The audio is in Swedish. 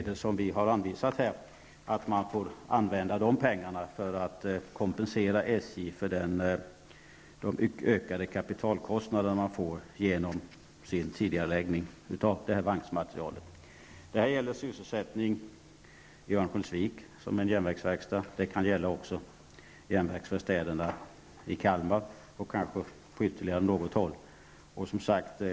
Dessa kostnader anser vi skall kunna täckas av arbetsmarknadsmedel eller av de medel som vi har anvisat här. Det gäller sysselsättningen i järnvägsverkstaden i Örnsköldsvik, men det kan också gälla järnvägsverkstäderna i Kalmar och kanske även på något annat håll.